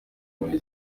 muri